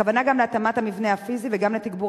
הכוונה היא גם להתאמת המבנה הפיזי וגם לתגבור